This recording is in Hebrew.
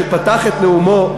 שפתח את נאומו,